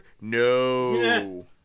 No